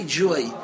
joy